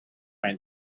and